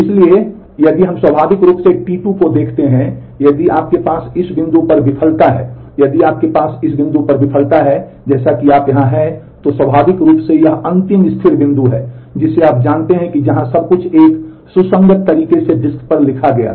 इसलिए यदि हम स्वाभाविक रूप से T2 को देखते हैं यदि आपके पास इस बिंदु पर विफलता है यदि आपके पास इस बिंदु पर विफलता है जैसा कि आप यहां हैं तो स्वाभाविक रूप से यह अंतिम स्थिर बिंदु है जिसे आप जानते हैं कि जहां सब कुछ एक सुसंगत तरीके से डिस्क पर लिखा गया था